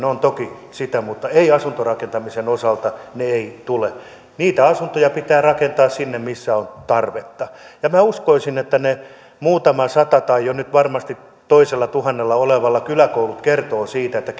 on toki sitä mutta asuntorakentamisen tukeminen ei ole niitä asuntoja pitää rakentaa sinne missä on tarvetta minä uskoisin että ne muutama sata tai nyt ollaan varmasti jo toisella tuhannella kyläkoulujen lakkauttamista kertovat siitä että